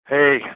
Hey